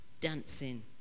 dancing